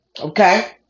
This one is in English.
Okay